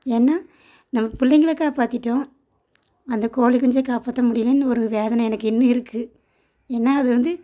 ஏன்னா நம்ம பிள்ளைங்கள காப்பாற்றிட்டோம் அந்த கோழி குஞ்சை காப்பாற்ற முடியிலைன்னு ஒரு வேதனை எனக்கு இன்னும் இருக்குது ஏன்னா அது வந்து